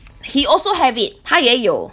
he also have it 他也有